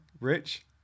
Rich